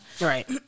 Right